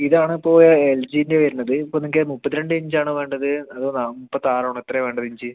ഇതാണിപ്പോൾ എൽ ജിൻ്റെ വരണത് ഇപ്പോൾ നിങ്ങൾക്ക് ഞാൻ മുപ്പത്തിരണ്ട് ഇഞ്ചാണോ വേണ്ടത് അതോ മുപ്പത്താറാണോ എത്രയാണ് വേണ്ടത് ഇഞ്ച്